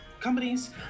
companies